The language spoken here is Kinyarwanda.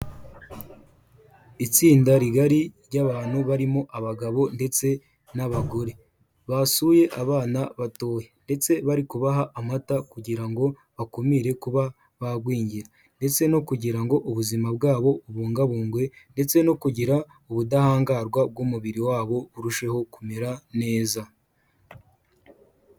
Itsinda rigari ry'abantu barimo abagabo ndetse n'abagore basuye abana batoya ndetse bari kubaha amata kugira ngo bakumire kuba bagwingira ndetse no kugira ngo ubuzima bwabo bubungabungwe, ndetse no kugira ubudahangarwa bw'umubiri wabo burusheho kumera neza.